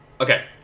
Okay